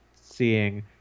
seeing